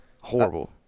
Horrible